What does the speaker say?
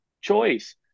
choice